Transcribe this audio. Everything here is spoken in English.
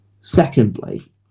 Secondly